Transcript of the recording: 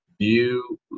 View –